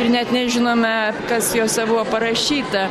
ir net nežinome kas juose buvo parašyta